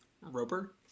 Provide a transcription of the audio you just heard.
Roper